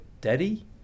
Daddy